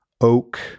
oak